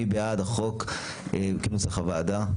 מי בעד החוק כנוסח הוועדה?